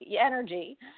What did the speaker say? energy